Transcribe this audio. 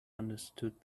understood